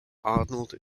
arnold